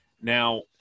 Now